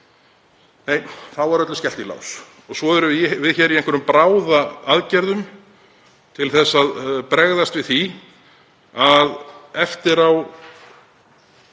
Nei, þá er öllu skellt í lás. Svo erum við hér í einhverjum bráðaaðgerðum til að bregðast við því eftir á